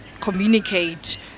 communicate